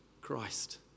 Christ